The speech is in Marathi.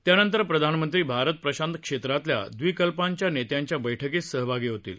त्यानंतर प्रधानमंत्री भारत प्रशांत क्षेत्रातल्या द्विपकल्पांच्या नेत्यांच्या बैठकीत सहभागी होतील